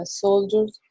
soldiers